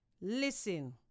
listen